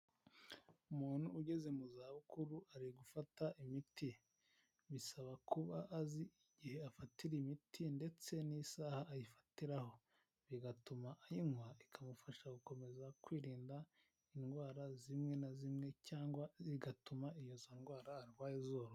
Umuntu ugeze mu za bukuru ari gufata imiti. Bisaba kuba azi igihe afatira imiti ndetse n'isaha ayifatiraho, bigatuma ayinywa ikamufasha gukomeza kwirinda indwara zimwe na zimwe cyangwa zigatuma izo ndwara arwaye izoroha.